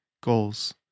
goals